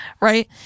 right